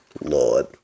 Lord